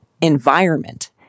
environment